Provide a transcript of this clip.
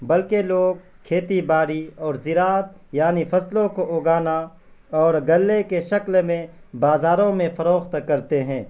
بلکہ لوگ کھیتی باڑی اور ذراعت یعنی فصلوں کو اگانا اور گلّے کے شکل میں بازاروں میں فروخت کرتے ہیں